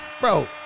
bro